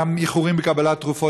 גם איחורים בקבלת תרופות.